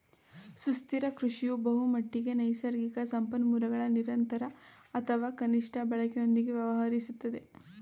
ಸುಸ್ಥಿರ ಕೃಷಿಯು ಬಹುಮಟ್ಟಿಗೆ ನೈಸರ್ಗಿಕ ಸಂಪನ್ಮೂಲಗಳ ನಿರಂತರ ಅಥವಾ ಕನಿಷ್ಠ ಬಳಕೆಯೊಂದಿಗೆ ವ್ಯವಹರಿಸುತ್ತದೆ